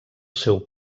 seu